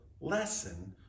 lesson